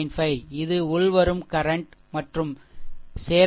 5 இது உள்வரும் கரன்ட் மற்றும் சேர்த்தால் i 2 i 2